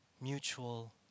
mutual